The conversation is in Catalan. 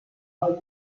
pel